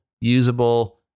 usable